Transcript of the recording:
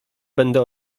będę